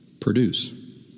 produce